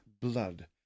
blood